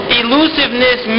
elusiveness